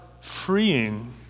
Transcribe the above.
freeing